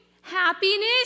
Happiness